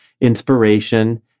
inspiration